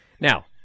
Now